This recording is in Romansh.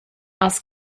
has